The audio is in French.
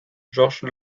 georges